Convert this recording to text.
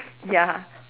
ya